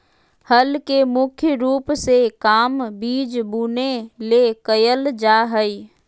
हल के मुख्य रूप से काम बिज बुने ले कयल जा हइ